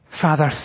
Father